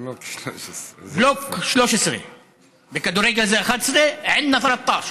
בלוק 13. בכדורגל זה 11, (אומר בערבית: אצלנו 13.)